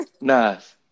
Nice